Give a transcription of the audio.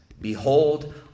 behold